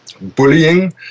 bullying